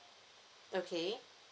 okay